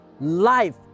life